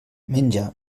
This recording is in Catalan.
menja